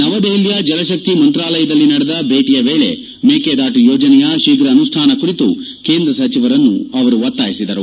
ನವದೆಹಲಿಯ ಜಲಶಕ್ತಿ ಮಂತ್ರಾಲಯದಲ್ಲಿ ನಡೆದ ಭೇಟಿಯ ವೇಳೆ ಮೇಕೆದಾಟು ಯೋಜನೆಯ ಶೀಘ ಅನುಷ್ಠಾನ ಕುರಿತು ಕೇಂದ್ರ ಸಚಿವರನ್ನು ಅವರು ಒತ್ತಾಯಿಸಿದರು